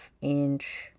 inch